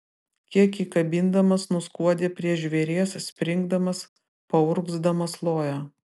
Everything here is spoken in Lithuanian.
kiek įkabindamas nuskuodė prie žvėries springdamas paurgzdamas lojo